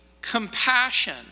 compassion